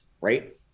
Right